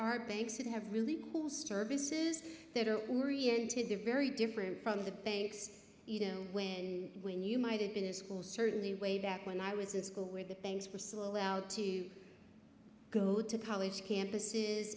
are banks that have really cool stir businesses that are oriented they're very different from the banks you know when when you might have been a school certainly way back when i was in school where the banks were still allowed to go to college campuses